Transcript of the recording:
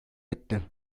etti